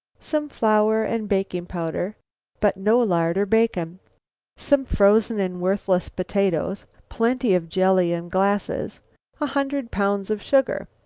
some flour and baking powder but no lard or bacon some frozen and worthless potatoes plenty of jelly in glasses a hundred pounds of sugar.